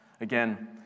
Again